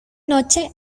noche